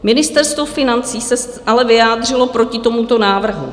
Ministerstvo financí se ale vyjádřilo proti tomuto návrhu.